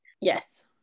yes